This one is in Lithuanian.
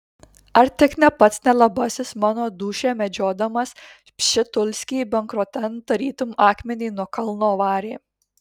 ar tik ne pats nelabasis mano dūšią medžiodamas pšitulskį bankrotan tarytum akmenį nuo kalno varė